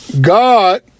God